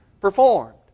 performed